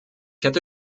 hätte